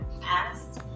past